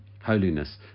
holiness